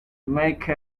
make